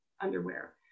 underwear